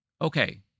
Okay